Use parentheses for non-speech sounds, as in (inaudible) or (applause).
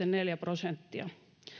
(unintelligible) neljä prosenttia